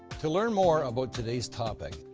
to learn more about today's topic,